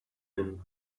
him